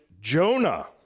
Jonah